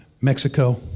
Mexico